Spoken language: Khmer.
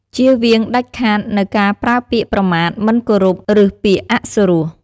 ជៀសវាងដាច់ខាតនូវការប្រើពាក្យប្រមាថ មិនគោរព ឬពាក្យ ពារី អសុរោះ។